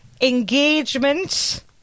engagement